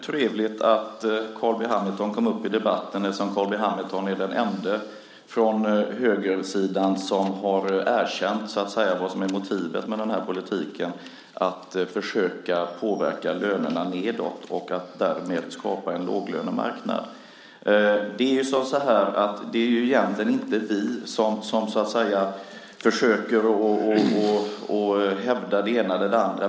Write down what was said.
Fru talman! Det var ju trevligt att Carl B Hamilton kom upp i debatten eftersom Carl B Hamilton är den ende från högersidan som har erkänt vad som är motivet med den här politiken, nämligen att försöka påverka lönerna nedåt och därmed skapa en låglönemarknad. Det är egentligen inte vi som försöker hävda det ena eller det andra.